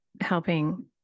helping